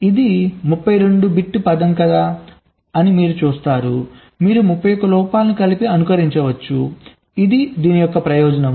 ఇది 32 బిట్ పదం కాదా అని మీరు చూస్తారు మీరు 31 లోపాలను కలిసి అనుకరించవచ్చు ఇది ఒక ప్రయోజనం